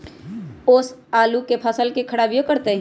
ओस आलू के फसल के खराबियों करतै?